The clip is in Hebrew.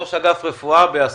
ראש אגף רפואה באסותא.